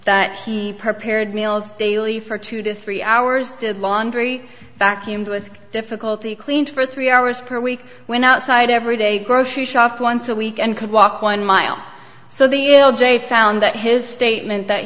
that he prepares meals daily for two to three hours did laundry vacuumed with difficulty cleaned for three hours per week went outside every day grocery shop once a week and could walk one mile so the real jay found that his statement that